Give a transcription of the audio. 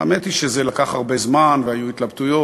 האמת היא שזה לקח הרבה זמן והיו התלבטויות.